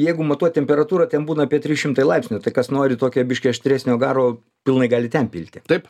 jeigu matuot temperatūrą ten būna apie trys šimtai laipsnių tai kas nori tokią biškį aštresnio garo pilnai gali ten pilti taip